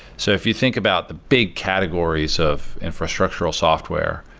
so if you think about the big categories of infrastructural software,